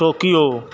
Tokyo